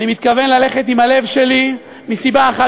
אני מתכוון ללכת עם הלב שלי מסיבה אחת